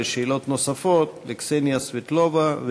ושאלות נוספות לקסניה סבטלובה,